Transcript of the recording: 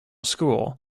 school